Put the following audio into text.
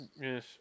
Yes